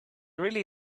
really